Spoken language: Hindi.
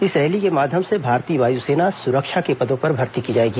इस रैली के माध्यम से भारतीय वायुसेना सुरक्षा के पदों पर भर्ती की जाएगी